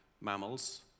mammals